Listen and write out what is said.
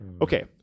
Okay